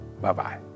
Bye-bye